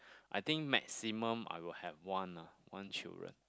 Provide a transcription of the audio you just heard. I think maximum I will have one lah one children